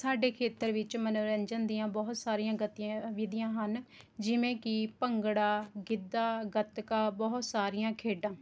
ਸਾਡੇ ਖੇਤਰ ਵਿੱਚ ਮਨੋਰੰਜਨ ਦੀਆਂ ਬਹੁਤ ਸਾਰੀਆਂ ਗਤੀਆਂ ਵਿਧੀਆਂ ਹਨ ਜਿਵੇਂ ਕਿ ਭੰਗੜਾ ਗਿੱਧਾ ਗੱਤਕਾ ਬਹੁਤ ਸਾਰੀਆਂ ਖੇਡਾਂ